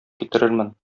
китерермен